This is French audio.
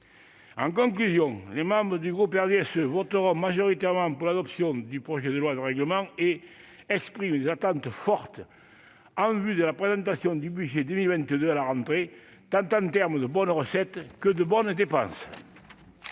En conclusion, les membres du RDSE voteront majoritairement pour l'adoption du projet de loi de règlement et expriment des attentes fortes en vue de la présentation du budget pour 2022 à la rentrée, en termes tant de bonnes recettes que de bonnes dépenses.